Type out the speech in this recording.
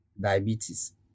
diabetes